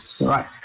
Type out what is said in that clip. right